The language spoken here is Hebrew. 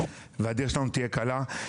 והדרך שלנו תהיה קלה.